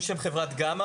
משמאל,